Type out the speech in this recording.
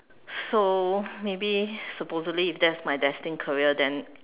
so maybe supposedly if that's my destined career then